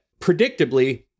predictably